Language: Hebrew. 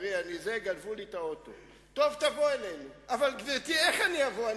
אדוני היושב-ראש,